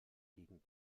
gegen